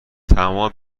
تمام